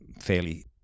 fairly